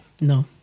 No